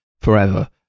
forever